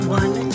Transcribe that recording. one